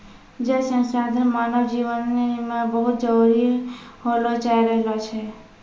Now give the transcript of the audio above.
जल संसाधन मानव जिवन मे बहुत जरुरी होलो जाय रहलो छै